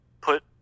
put